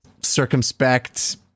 circumspect